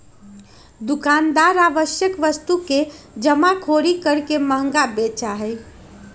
दुकानदार आवश्यक वस्तु के जमाखोरी करके महंगा बेचा हई